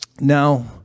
Now